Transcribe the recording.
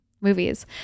movies